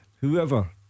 Whoever